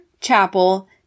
Chapel